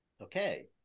Okay